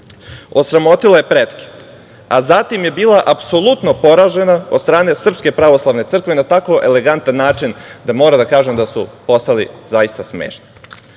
osramotila je pretke, a zatim je bila apsolutno poražena od strane Srpske pravoslavne crkve na tako elegantan način, da moram da kažem da su postali zaista smešni. Dakle,